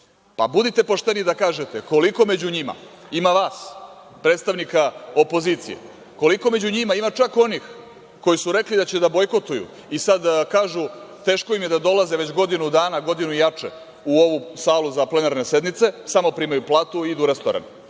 budite pošteni da kažete koliko među njima ima vas, predstavnika opozicije, koliko među njima ima čak onih koji su rekli da će da bojkotuju i sad kažu da im je teško da dolaze već godinu dana, godinu i jače u ovu salu za plenarne sednice, samo primaju platu i idu u restoran,